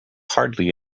hardly